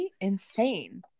Insane